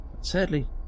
sadly